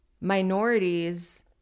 minorities